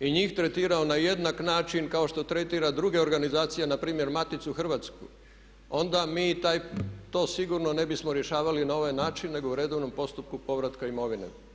i njih tretirao na jednak način kao što tretira druge organizacije na primjer Maticu hrvatsku, onda mi to sigurno ne bismo rješavali na ovaj način nego u redovnom postupku povratka imovine.